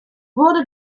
wurde